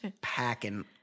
packing